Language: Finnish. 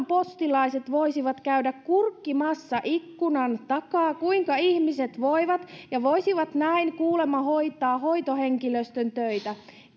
postilaiset voisivat käydä kurkkimassa ikkunan takaa kuinka ihmiset voivat ja voisivat näin kuulemma hoitaa hoitohenkilöstön töitä